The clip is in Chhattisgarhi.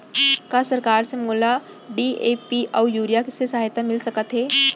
का सरकार से मोला डी.ए.पी अऊ यूरिया के सहायता मिलिस सकत हे?